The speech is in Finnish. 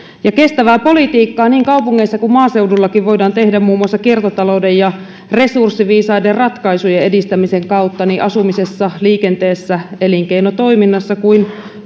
kestävää politiikkaa niin kaupungeissa kuin maaseudullakin voidaan tehdä muun muassa kiertotalouden ja resurssiviisaiden ratkaisujen edistämisen kautta niin asumisessa liikenteessä elinkeinotoiminnassa kuin